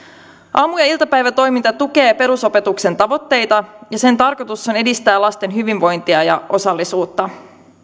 aamu ja iltapäivätoiminta tukee perusopetuksen tavoitteita ja sen tarkoitus on edistää lasten hyvinvointia ja osallisuutta